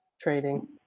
trading